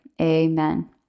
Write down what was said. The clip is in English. amen